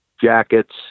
jackets